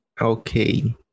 Okay